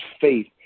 faith